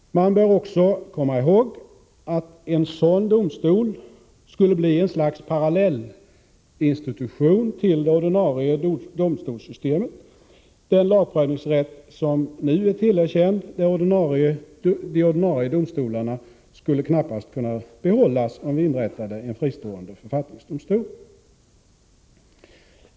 Man bör också komma ihåg att en sådan domstol skulle bli ett slags parallellinstitution till det ordinarie domstolssystemet. Den lagprövningsrätt som nu är tillerkänd de ordinarie domstolarna skulle knappast kunna behållas om vi inrättade en fristående författningsdomstol.